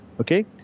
okay